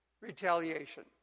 retaliation